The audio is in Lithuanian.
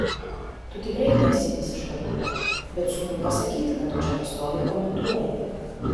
tu tikrai nesi visiška dūra bet sunku pasakyt ką tu čia pastoviai komentuoji